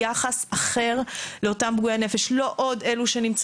יחס אחר לאותם פגועי נפש.